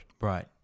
Right